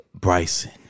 Bryson